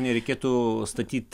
nereikėtų statyt